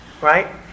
Right